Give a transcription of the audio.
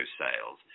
sales